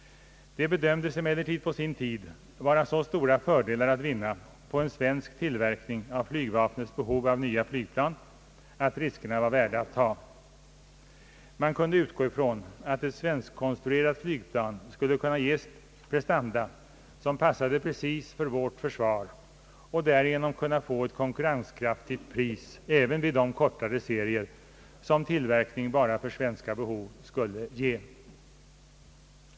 Det bedömdes emellertid på sin tid vara så stora fördelar att vinna med en svensk tillverkning av flygvapnets behov av nya flygplan att riskerna var värda att tagas. Man kunde utgå ifrån att ett svenskkonstruerat flygplan skulle kunna ges prestanda som passade precis för vårt försvar och därigenom kunna få ett konkurrenskraftigt pris även vid de kortare serier som en tillverkning för endast svenska behov skulle ge.